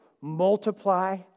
multiply